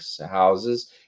houses